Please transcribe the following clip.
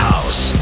house